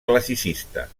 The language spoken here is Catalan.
classicista